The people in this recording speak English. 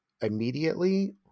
immediately